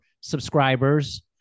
subscribers